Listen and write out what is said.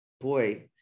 boy